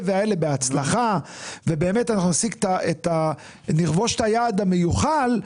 והאלה בהצלחה ובאמת נכבוש את היעד המיוחל,